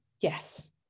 yes